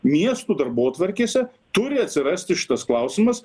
miestų darbotvarkėse turi atsirasti šitas klausimas